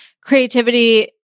creativity